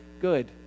Good